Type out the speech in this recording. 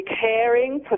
caring